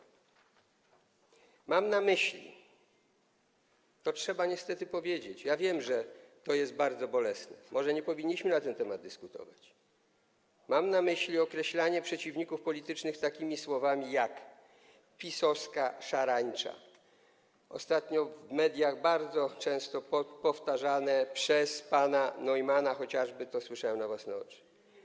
Mam na myśli - to trzeba niestety powiedzieć, ja wiem, że to jest bardzo bolesne, może nie powinniśmy na ten temat dyskutować - określanie przeciwników politycznych takimi słowami jak PiS-owska szarańcza, ostatnio w mediach bardzo często powtarzanymi przez pana Neumanna chociażby, co słyszałem na własne uszy.